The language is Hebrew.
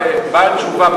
בעל תשובה,